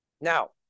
Now